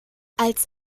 als